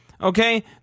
Okay